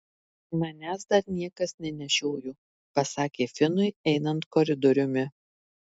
manęs dar niekas nenešiojo pasakė finui einant koridoriumi